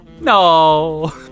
No